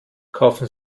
kaufen